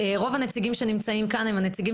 רוב הנציגים שנמצאים כאן הם הנציגים